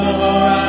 more